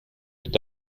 mit